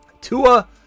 Tua